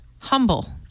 humble